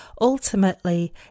Ultimately